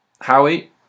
Howie